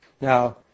Now